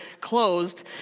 closed